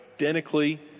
identically